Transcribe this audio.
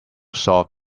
soft